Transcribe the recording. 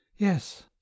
Yes